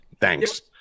thanks